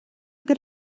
good